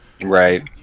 Right